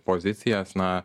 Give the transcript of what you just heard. pozicijas na